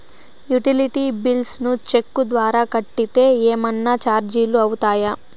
Utility bills ను cheque ద్వారా కట్టితే ఏమన్నా చార్జీలు అవుతాయా?